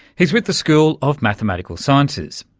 he's with the school of mathematical sciences.